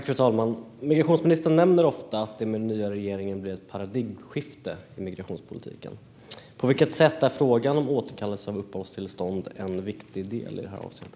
Fru talman! Migrationsministern nämner ofta att det med den nya regeringen blir ett paradigmskifte i migrationspolitiken. På vilket sätt är frågan om återkallelse av uppehållstillstånd en viktig del i detta avseende?